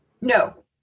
No